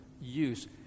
use